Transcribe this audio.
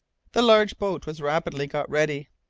the large boat was rapidly got ready.